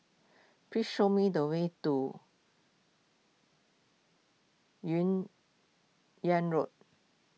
please show me the way to Yun Yeang Road